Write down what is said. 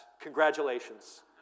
Congratulations